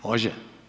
Može?